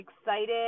excited